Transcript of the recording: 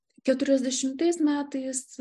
keturiasdešimtais metais